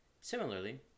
Similarly